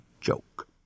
joke